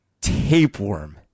tapeworm